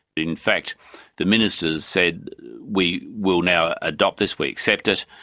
in fact the ministers said we will now adopt this, we accept it,